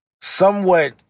somewhat